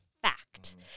fact